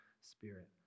Spirit